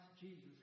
Jesus